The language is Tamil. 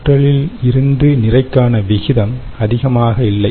ஆற்றலில் இருந்து நிறைக்கான விகிதம் அதிகமாக இல்லை